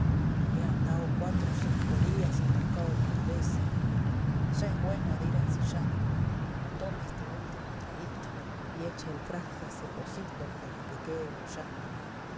he andao cuatro o cinco días atacao de la cabeza ya es güeno dir ensillando tome este último traguito y eche el frasco a ese pocito para que quede boyando